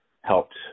helped